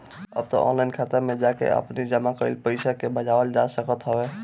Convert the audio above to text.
अब तअ ऑनलाइन खाता में जाके आपनी जमा कईल पईसा के भजावल जा सकत हवे